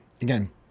again